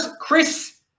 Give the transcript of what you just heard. Chris